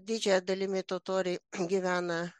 didžiąja dalimi totoriai gyvena